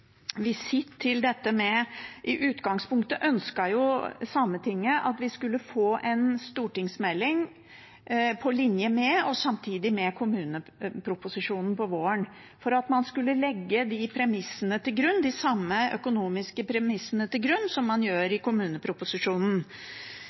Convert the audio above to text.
Til slutt: I utgangspunktet ønsket Sametinget at vi skulle få en stortingsmelding på linje med og samtidig med kommuneproposisjonen på våren, for at man skulle legge de samme økonomiske premissene til grunn som man gjør